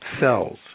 cells